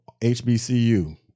HBCU